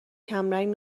کمرنگ